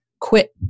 quit